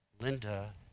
Linda